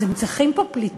אז הם צריכים פה פליטים,